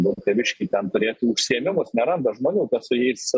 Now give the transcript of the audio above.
vilkavišky ten turėtų užsiėmimus neranda žmonių bet su jais